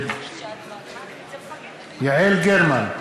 נגד יעל גרמן,